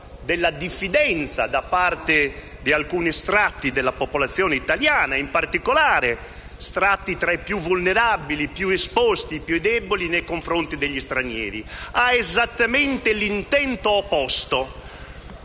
della diffidenza da parte di alcuni strati della popolazione italiana, in particolare strati tra i più vulnerabili, più esposti, più deboli, nei confronti degli stranieri. Ha esattamente l'intento opposto: